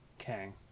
Okay